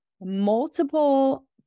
multiple